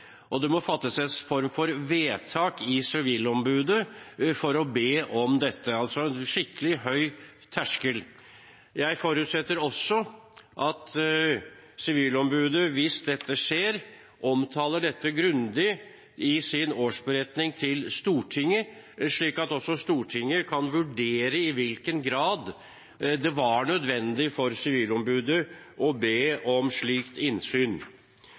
og det må fattes en form for vedtak i Sivilombudet for å be om dette – altså en skikkelig høy terskel. Jeg forutsetter også at Sivilombudet, hvis dette skjer, omtaler dette grundig i sin årsberetning til Stortinget, slik at også Stortinget kan vurdere i hvilken grad det var nødvendig for Sivilombudet å be om slikt innsyn.